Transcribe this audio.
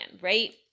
right